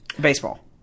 Baseball